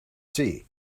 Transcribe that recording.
sea